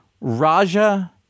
Raja